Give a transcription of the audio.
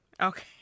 Okay